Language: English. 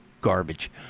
garbage